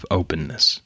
openness